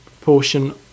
portion